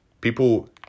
People